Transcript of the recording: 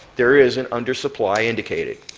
there is an undersupply indicated.